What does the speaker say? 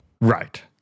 Right